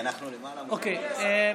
אוקיי.